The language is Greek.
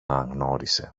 αναγνώρισε